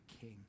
king